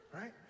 right